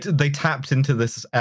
they tapped into this, ah,